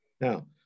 Now